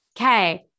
okay